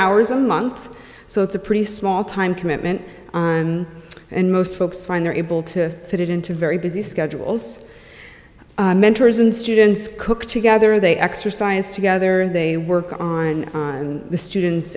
hours a month so it's a pretty small time commitment and most folks find they're able to fit it into very busy schedules mentors and students cook together they exercise together they work on the students